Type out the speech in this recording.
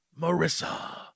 marissa